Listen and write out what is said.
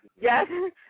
Yes